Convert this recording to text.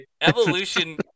evolution